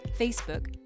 facebook